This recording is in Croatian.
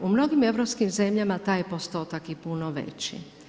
U mnogim europskim zemljama taj je postotak i puno veći.